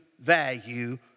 value